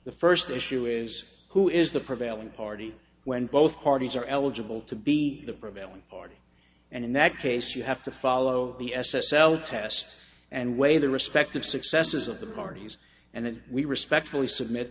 the first issue is who is the prevailing party when both parties are eligible to be the prevailing party and in that case you have to follow the s s l test and weigh the respective successors of the parties and we respectfully submit